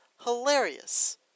hilarious